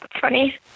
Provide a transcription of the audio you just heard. funny